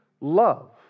love